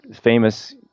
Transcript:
famous